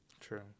True